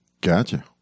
Gotcha